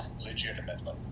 legitimately